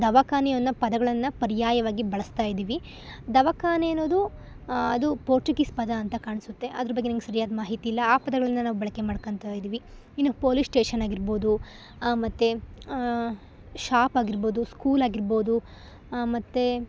ದವಾಖಾನಿ ಅನ್ನೋ ಪದಗಳನ್ನು ಪರ್ಯಾಯವಾಗಿ ಬಳಸ್ತಾ ಇದಿವಿ ದವಾಖಾನೆ ಅನ್ನೋದು ಅದು ಪೋರ್ಚುಗೀಸ್ ಪದ ಅಂತ ಕಾಣಿಸುತ್ತೆ ಅದ್ರ ಬಗ್ಗೆ ನಂಗೆ ಸರಿಯಾದ ಮಾಹಿತಿ ಇಲ್ಲ ಆ ಪದಗಳನ್ನ ನಾವು ಬಳಕೆ ಮಾಡ್ಕೊತಾ ಇದೀವಿ ಇನ್ನು ಪೊಲೀಸ್ ಸ್ಟೇಷನ್ ಆಗಿರ್ಬೋದು ಮತ್ತು ಶಾಪ್ ಆಗಿರ್ಬೋದು ಸ್ಕೂಲ್ ಆಗಿರ್ಬೋದು ಮತ್ತು